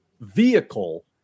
vehicle